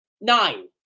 Nine